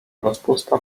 rozpusta